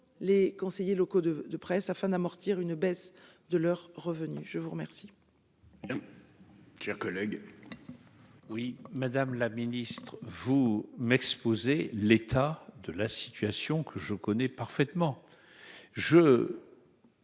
les conseillers locaux de de presse afin d'amortir une baisse de leurs revenus. Je vous remercie.--